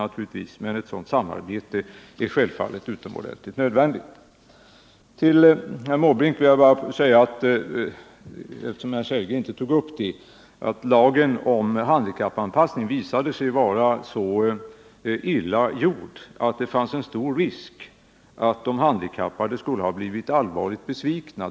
Ett sådant samarbete är utomordentligt nödvändigt. Till herr Måbrink vill jag säga — eftersom herr Sellgren inte tog upp det — att lagen om handikappanpassning var så illa gjord att det fanns en stor risk för att de handikappade skulle ha blivit allvarligt besvikna.